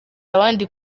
abandi